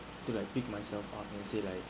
to like pick myself up and see like